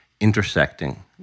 intersecting